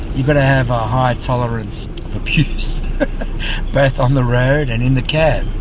you got to have a high tolerance of abuse, both on the road and in the cab.